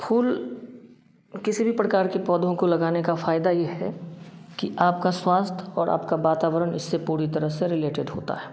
फूल किसी भी प्रकार के पौधों को लगाने का फ़ायदा ये है कि आपका स्वास्थ्य और आपका वातावरण इससे पूरी तरह से रिलेटेड होता है